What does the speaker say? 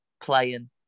playing